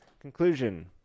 Conclusion